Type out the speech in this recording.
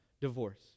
divorce